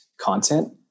content